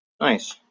nice